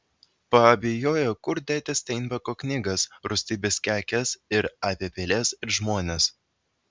paabejojo kur dėti steinbeko knygas rūstybės kekės ir apie peles ir žmones